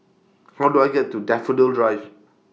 How Do I get to Daffodil Drive